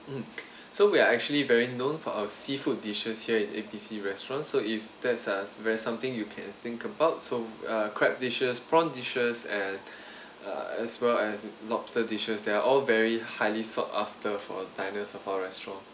mm so we are actually very known for our seafood dishes here in A B C restaurant so if that's uh very something you can think about so uh crab dishes prawn dishes and uh as well as lobster dishes they are all very highly sought after for diners of our restaurant